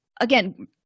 again